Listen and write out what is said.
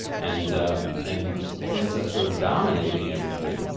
and and ends up sort of dominating everything.